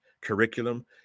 curriculum